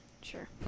sure